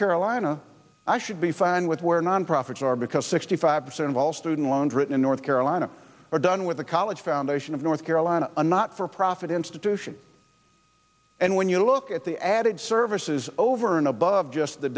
carolina i should be fine with where nonprofits are because sixty five percent of all student loans written in north carolina are done with the college foundation of north carolina a not for profit institution and when you look at the added services over and above just the